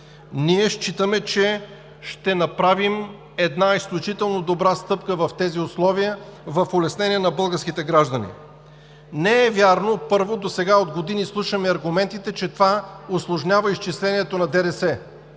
ние считаме, че ще направим една изключително добра стъпка в тези условия в улеснение на българските граждани. Не е вярно, първо, досега от години слушаме аргументите, че това усложнява изчислението на ДДС.